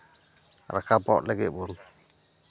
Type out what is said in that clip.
ᱨᱟᱠᱟᱵᱚᱱ ᱞᱟᱹᱜᱤᱫ ᱵᱚᱱ